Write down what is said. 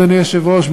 אדוני היושב-ראש,